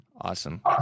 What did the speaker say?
Awesome